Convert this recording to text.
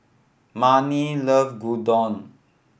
Mannie love Gyudon